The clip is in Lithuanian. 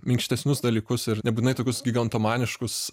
minkštesnius dalykus ir nebūtinai tokius gigantomaniškus